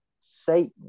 satan